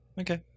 Okay